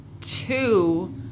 two